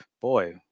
boy